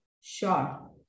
Sure